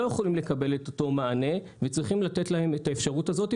יכולים לקבל את אותו מענה וצריכים לתת להם את האפשרות הזאת.